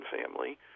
family